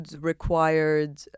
required